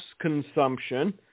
consumption